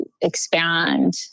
expand